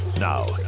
Now